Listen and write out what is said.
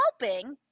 helping